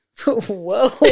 Whoa